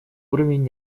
уровень